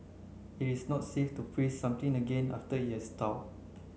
it is not safe to freeze something again after it has thawed